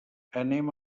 anem